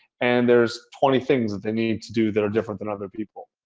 and there's twenty things that they need to do that are different than other people.